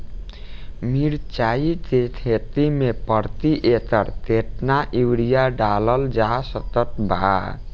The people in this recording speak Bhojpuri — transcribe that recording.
मिरचाई के खेती मे प्रति एकड़ केतना यूरिया डालल जा सकत बा?